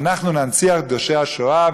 אנחנו ננציח את קדושי השואה,